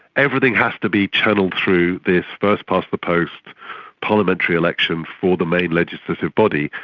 everything has to be channelled through this first past the post parliamentary election for the main legislative body,